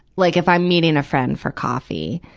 like if i'm meeting a friend for coffee,